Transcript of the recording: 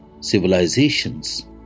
civilizations